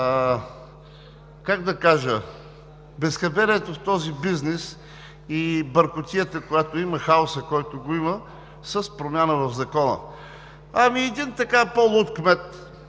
с това безхаберието в този бизнес и бъркотията, която има, хаосът, който го има, с промяна в Закона. Ами един по-луд кмет